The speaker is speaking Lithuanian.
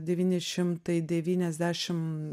devyni šimtai devyniasdešim